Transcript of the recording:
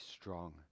strong